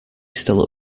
still